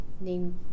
Name